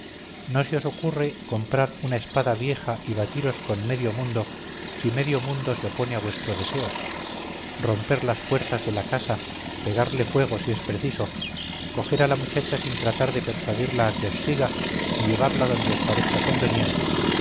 no se os ocurre comprar una espada vieja y batiros con medio mundo si medio mundo se opone a vuestro deseo romper las puertas de la casa pegarle fuego si es preciso coger a la muchacha sin tratar de persuadirla a que os siga y llevarla donde os parezca conveniente